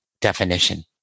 definition